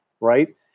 right